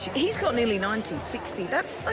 he's got nearly ninety. sixty, that's